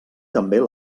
també